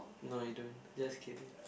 no I don't just kidding